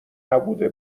نبوده